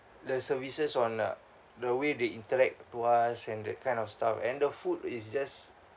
the services on uh the way they interact to us and that kind of stuff and the food is just